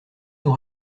nous